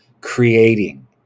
creating